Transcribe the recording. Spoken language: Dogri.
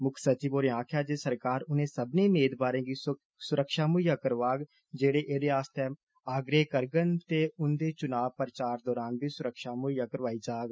मुक्ख सचिव होरें आक्खेआ जे सरकार उने सब्बने मेदवार गी सुरक्षा मुहैय्या करवांगन जेडे एह्दे आस्तै आग्रह करगन ते उन्दे चुनां प्रचार दौरान बी सुरक्षा मुहैय्या करवाई जाग